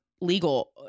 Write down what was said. legal